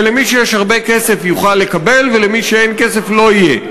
ומי שיש לו הרבה כסף יוכל לקבל ולמי שאין כסף לא יהיה,